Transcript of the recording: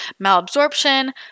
malabsorption